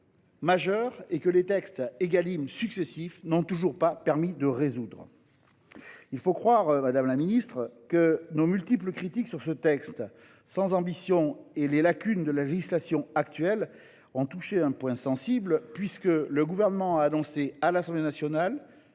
majeur et que les textes Égalim successifs n’ont toujours pas résolu. Il faut croire, madame la ministre, que nos multiples critiques sur ce texte sans ambition et sur les lacunes de la législation actuelle ont touché un point sensible, puisque le Gouvernement a annoncé à l’Assemblée nationale